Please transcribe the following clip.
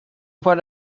what